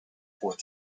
for